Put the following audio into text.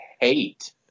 hate